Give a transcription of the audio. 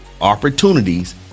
opportunities